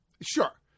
Sure